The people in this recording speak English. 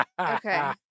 Okay